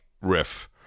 riff